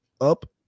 up